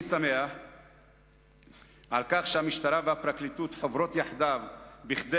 אני שמח שהמשטרה והפרקליטות חוברות יחדיו כדי